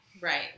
Right